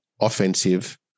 offensive